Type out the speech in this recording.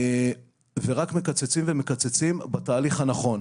ורק מקצצים ומקצצים בתהליך הנכון.